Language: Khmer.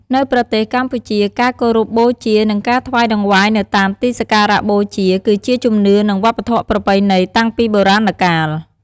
នៅប្រទេសកម្ពុជា ការគោរពបូជា និងការថ្វាយតង្វាយនៅតាមទីសក្ការៈបូជា គឺជាជំនឿ និងវប្បធម៌ប្រពៃណីតាំងពីបុរាណកាល។